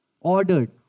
ordered